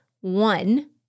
One